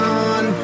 on